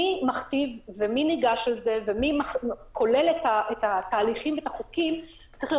מי מכתיב ומי ניגש לזה ומי כולל את התהליכים והחוקים זה צריך להיות